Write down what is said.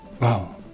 Wow